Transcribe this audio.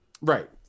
Right